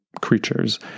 creatures